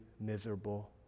miserable